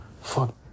fuck